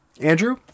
Andrew